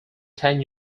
ten